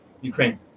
Ukraine